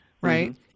Right